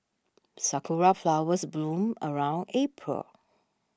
sakura flowers bloom around April